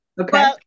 Okay